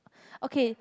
okay